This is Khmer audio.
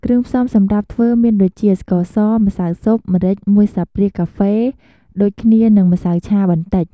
គ្រឿងផ្សំសម្រាប់ធ្វើមានដូចជា ស្ករស ម្សៅស៊ុប ម្រេច ១ស្លាបព្រាកាហ្វេដូចគ្នា និង ម្សៅឆា បន្តិច។